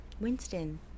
Winston